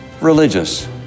religious